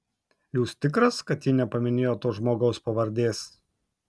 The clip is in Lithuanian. jūs tikras kad ji nepaminėjo to žmogaus pavardės